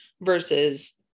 versus